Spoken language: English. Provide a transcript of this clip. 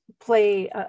play